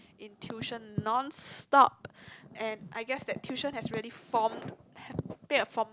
in tuition non stop and I guess that tuition has really formed have take a form